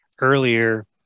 earlier